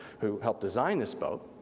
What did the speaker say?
who helped design this boat.